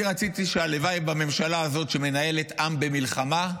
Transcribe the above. אני רציתי, הלוואי שבממשלה הזאת שמנהלת עם במלחמה,